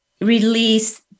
release